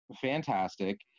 fantastic